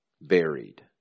Buried